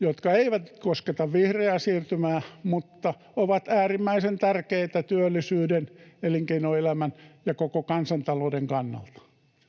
jotka eivät kosketa vihreää siirtymää, mutta ovat äärimmäisen tärkeitä työllisyyden, elinkeinoelämän ja koko kansantalouden kannalta.